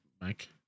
Mike